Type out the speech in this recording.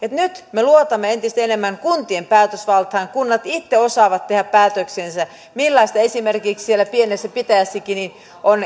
nyt me luotamme entistä enemmän kuntien päätösvaltaan kunnat itse osaavat tehdä päätöksensä millaista esimerkiksi siellä pienessä pitäjässä on